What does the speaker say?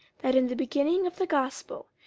that in the beginning of the gospel,